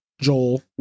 Joel